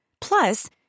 Plus